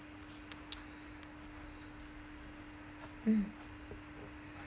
mm